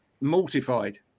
mortified